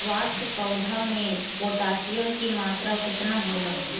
स्वस्थ पौधा मे पोटासियम कि मात्रा कितना होला?